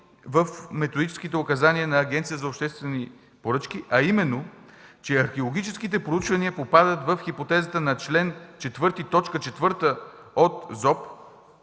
в Методическите указания на Агенцията за обществените поръчки, а именно, че археологическите проучвания попадат в хипотезата на чл. 4, т.